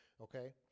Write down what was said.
Okay